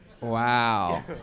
Wow